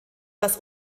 das